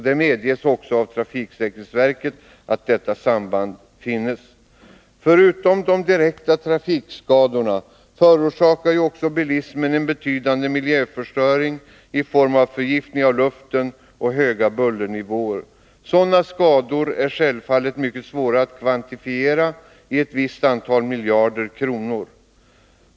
Det medges också av trafiksäkerhetsverket att detta samband finns. Förutom de direkta trafikskadorna förorsakar bilismen en betydande miljöförstöring i form av förgiftning av luften och höga bullernivåer. Sådana skador är självfallet mycket svåra att kvantifiera i ett visst antal miljarder kronor.